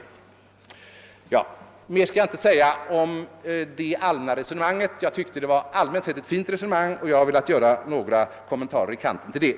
Mer skall jag inte säga om det all männa resonemanget — jag tyckte att det generellt sett var ett fint resonemang — och jag har velat göra några kommentarer till det.